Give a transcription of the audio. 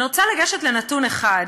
אני רוצה לגשת לנתון אחד: